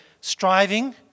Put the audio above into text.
striving